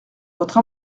votre